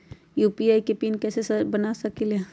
UPI के PIN कैसे बना सकीले?